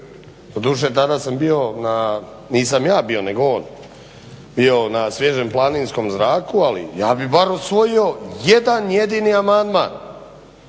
doduše tada sam bio na, nisam ja bio nego on, bio na svježem planinskom zraku ali ja bih bar usvojio jedan jedini amandman